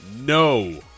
no